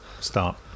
start